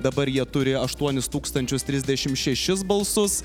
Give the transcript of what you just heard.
dabar jie turi aštuonis tūkstančius trisdešimt šešis balsus